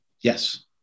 Yes